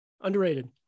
underrated